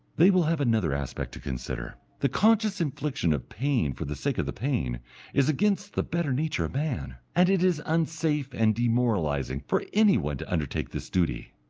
they will have another aspect to consider. the conscious infliction of pain for the sake of the pain is against the better nature of man, and it is unsafe and demoralizing for any one to undertake this duty.